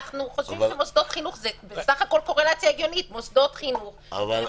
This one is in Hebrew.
אנחנו חושבים שזה בסך הכול קורלציה הגיונית מוסדות חינוך ותחלואה.